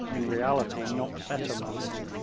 in reality not better managed,